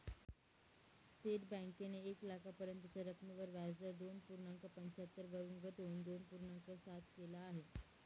state बँकेने एक लाखापर्यंतच्या रकमेवर व्याजदर दोन पूर्णांक पंच्याहत्तर वरून घटवून दोन पूर्णांक सात केल आहे